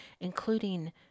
including